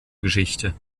geschichte